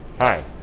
Hi